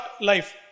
life